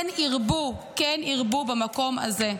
כן ירבו, כן ירבו במקום הזה.